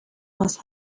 must